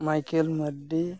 Michael Mardi